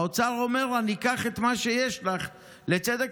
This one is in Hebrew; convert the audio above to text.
האוצר אומר לה: ניקח את מה שיש לך לצדק